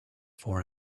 for